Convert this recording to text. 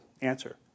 answer